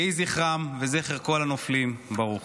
יהי זכרם וזכר כל הנופלים ברוך.